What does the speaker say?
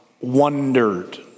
wondered